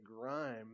grime